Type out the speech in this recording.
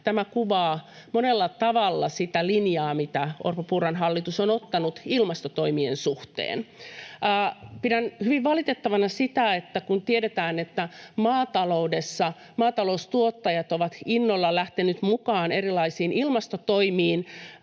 tämä kuvaa monella tavalla sitä linjaa, minkä Orpon—Purran hallitus on ottanut ilmastotoimien suhteen. Pidän hyvin valitettavana sitä, että kun tiedetään, että maataloudessa maataloustuottajat ovat innolla lähteneet mukaan erilaisiin ilmastotoimiin,